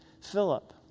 Philip